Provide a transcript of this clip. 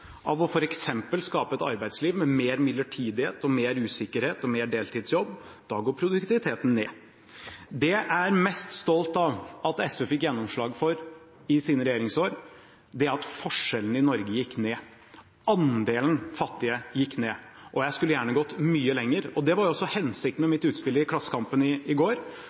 av f.eks. å skape et arbeidsliv med mer midlertidighet, mer usikkerhet og mer deltidsjobb, da går produktiviteten ned. Det jeg er mest stolt av at SV fikk gjennomslag for i sine regjeringsår, er at forskjellene i Norge gikk ned, andelen fattige gikk ned, og jeg skulle gjerne ha gått mye lenger. Det var også hensikten med mitt utspill i Klassekampen i går